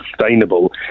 sustainable